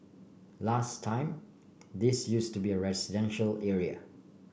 last time this use to be a residential area